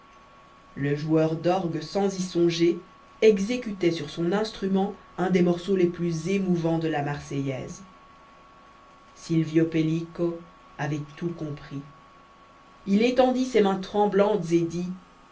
le joueur d'orgues sans y songer exécutait sur son instrument un des morceaux les plus émouvants de la marseillaise silvio pellico avait tout compris il étendit ses mains tremblantes